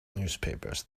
newspapers